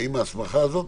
האם ההסמכה הזאת,